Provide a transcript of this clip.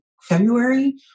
February